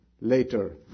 Later